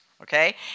Okay